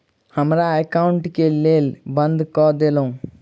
हमरा एकाउंट केँ केल बंद कऽ देलु?